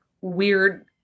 weird –